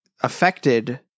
affected